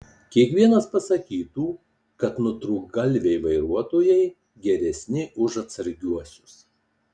kiekvienas pasakytų kad nutrūktgalviai vairuotojai geresni už atsargiuosius